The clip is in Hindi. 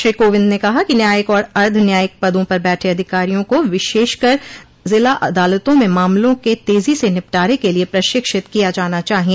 श्री कोविंद ने कहा कि न्यायिक और अर्द्ध न्यायिक पदों पर बैठे अधिकारियों को विशेषकर जिला अदालतों में मामलों के तेजी से निपटारे के लिए प्रशिक्षित किया जाना चाहिए